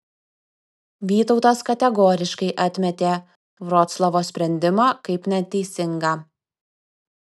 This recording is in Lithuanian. vytautas kategoriškai atmetė vroclavo sprendimą kaip neteisingą